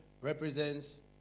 represents